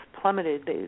plummeted